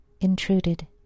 intruded